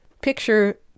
picture